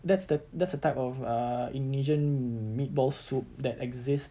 that's the that's the type of uh indonesian meatball soup that exist